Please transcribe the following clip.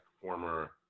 former